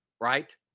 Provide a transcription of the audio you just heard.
Right